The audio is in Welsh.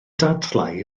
dadlau